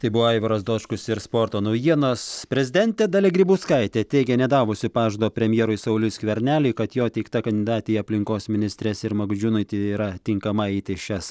tai buvo aivaras dočkus ir sporto naujienos prezidentė dalia grybauskaitė teigė nedavusi pažado premjerui sauliui skverneliui kad jo teikta kandidatė į aplinkos ministres irma gudžiūnaitė yra tinkama eiti šias